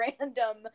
random